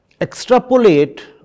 extrapolate